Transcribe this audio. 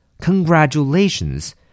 Congratulations